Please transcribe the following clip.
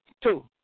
Two